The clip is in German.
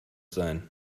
sein